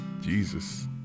Jesus